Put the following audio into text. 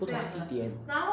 不同地点